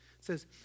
says